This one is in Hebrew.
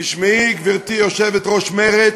תשמעי, גברתי יושבת-ראש מרצ,